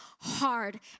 hard